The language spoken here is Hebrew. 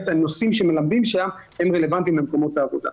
הנושאים שמלמדים שם הם רלוונטיים למקומות העבודה.